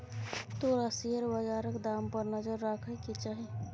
तोरा शेयर बजारक दाम पर नजर राखय केँ चाही